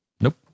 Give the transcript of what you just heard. Nope